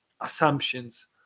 assumptions